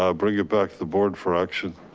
um bring you back the board for action.